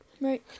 Right